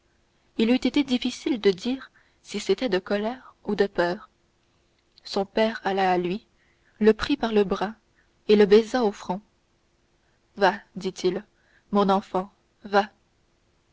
il eût été difficile de dire si c'était de colère ou de peur son père alla à lui le prit par le bras et le baisa au front va dit-il mon enfant va